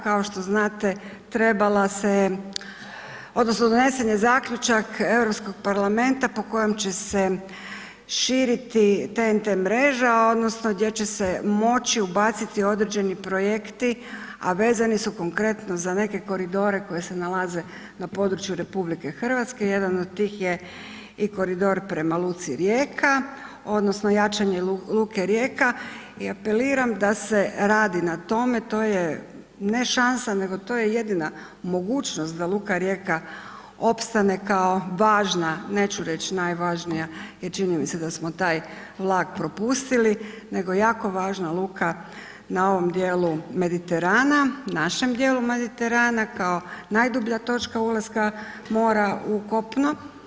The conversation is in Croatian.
Kao što znate, trebala se odnosno donesen je zaključak Europskog parlamenta po kojem će se širiti TNT mreža odnosno gdje će se moći ubaciti određeni projekti a vezani su konkretno za neke koridore koji se nalaze na području RH, jedan od tih je i koridor prema luci Rijeka odnosno jačanje luke Rijeka i apeliram da se radi na tome, to je ne šansa, nego to je jedina mogućnost da luka Rijeka opstane kao važna, neću reći najvažnija jer čini mi se da smo taj vlak propustili nego jako važna luka na ovom djelu Mediterana, našem djelu Mediterana kao najdublja točka ulaska mora u kopno.